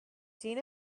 seen